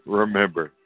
remember